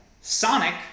Sonic